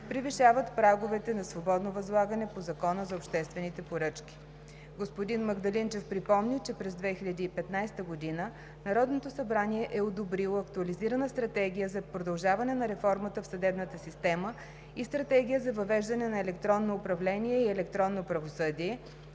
превишават праговете за свободно възлагане по Закона за обществените поръчки. Господин Магдалинчев припомни, че през 2015 г. Народното събрание е одобрило Актуализирана стратегия за продължаване на реформата в съдебната система и Стратегия за въвеждане на електронно управление и електронно правосъдие,